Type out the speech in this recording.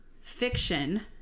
fiction